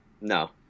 no